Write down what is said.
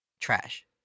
Trash